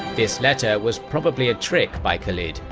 this letter was probably a trick by khalid,